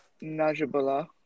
Najibullah